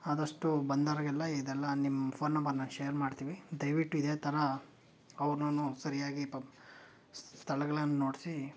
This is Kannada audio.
ಆದಷ್ಟು ಬಂದೋರಿಗೆಲ್ಲ ಇದೆಲ್ಲ ನಿಮ್ಮ ಫೋನ್ ನಂಬರನ್ನು ಶೇರ್ ಮಾಡ್ತೀವಿ ದಯವಿಟ್ಟು ಇದೇ ಥರ ಅವ್ರನ್ನು ಸರಿಯಾಗಿ ಸ್ಥಳಗಳನ್ನು ನೋಡಿಸಿ